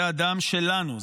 זה הדם שלנו,